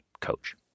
coach